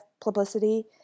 publicity